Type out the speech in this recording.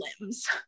limbs